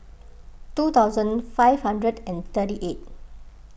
two thousand five hundred and thirty eight